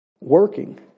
working